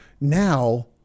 Now